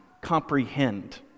comprehend